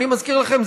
אני מזכיר לכם,